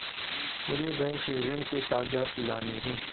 मुझे बैंक से ऋण के कागजात लाने हैं